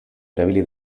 erabili